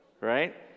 right